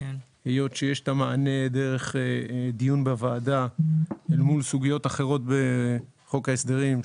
והיות שיש המענה דרך דיון בוועדה מול סוגיות אחרות בחוק ההסדרים,